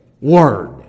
Word